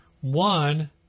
One